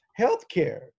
healthcare